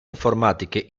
informatiche